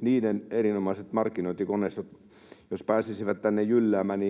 niiden erinomaiset markkinointikoneistot jos pääsisivät tänne jylläämään,